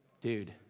Dude